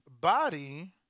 body